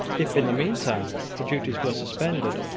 if, in the meantime, the duties were suspended,